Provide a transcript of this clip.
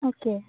okay